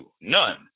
None